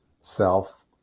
self